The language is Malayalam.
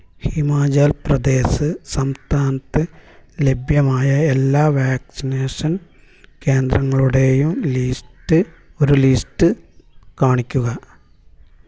ഹിമാചൽ പ്രദേഷ് സസ്ഥാനത്ത് ലഭ്യമായ എല്ലാ വാക്സിനേഷൻ കേന്ദ്രങ്ങളുടേയും ലീസ്റ്റ് ഒരു ലിസ്റ്റ് കാണിക്കുക